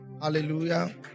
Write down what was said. hallelujah